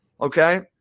okay